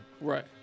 Right